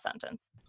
sentence